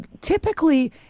Typically